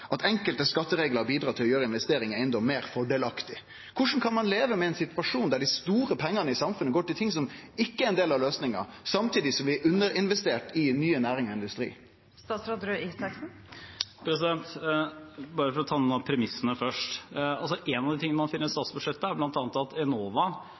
at det var riktig, som interpellanten sa, «at enkelte skatteregler har bidratt til å gjøre investering i eiendom mer fordelaktig». Korleis kan ein leve med ein situasjon der dei store pengane i samfunnet går til ting som ikkje er ein del av løysinga, samtidig som vi er underinvesterte i nye næringar og industri? For å ta noen av premissene først: En av de tingene man finner i